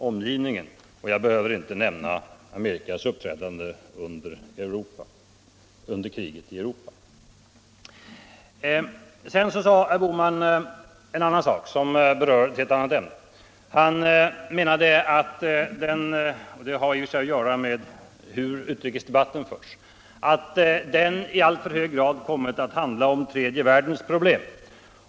Och jag behöver inte nämna USA:s insatser för att rädda demokratin i Europa under andra världskriget. Herr Bohman berörde också ett helt annat ämne, som har att göra med hur utrikesdebatten förs, och sade att den i alltför hög grad kommit att handla om tredje världens problem.